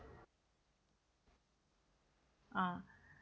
uh